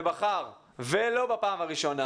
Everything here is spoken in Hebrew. ובחר ולא בפעם הראשונה